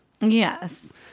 Yes